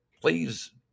please